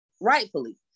rightfully